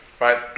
right